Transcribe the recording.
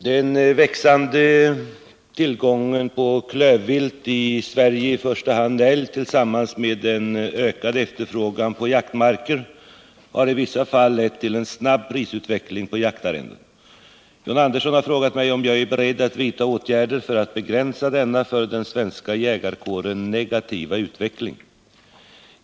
Herr talman! Den växande tillgången på klövvilt i Sverige, i första hand älg, tillsammans med den ökade efterfrågan på jaktmarker har i vissa fall lett till en snabb prisutveckling på jaktarrenden. John Andersson har frågat mig om jag är beredd att vidta åtgärder för att begränsa denna för den svenska jägarkåren negativa utveckling.